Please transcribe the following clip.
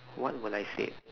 what will I say